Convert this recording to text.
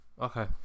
okay